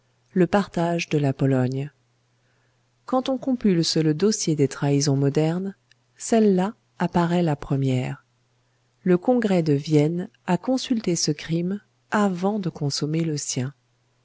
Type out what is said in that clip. le partage de la pologne quand on compulse le dossier des trahisons modernes celle-là apparaît la première le congrès de vienne a consulté ce crime avant de consommer le sien